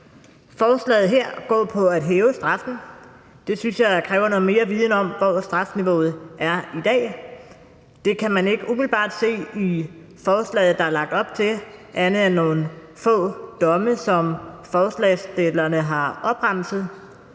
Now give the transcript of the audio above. Forslaget her går ud på at hæve straffen. Det synes jeg kræver noget mere viden om, hvad strafniveauet er i dag. Det kan man ikke umiddelbart se i forslaget, der er fremsat, andet end nogle få domme, som forslagsstillerne har opremset.